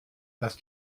dass